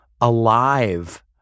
alive